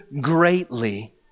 greatly